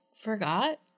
forgot